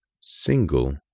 single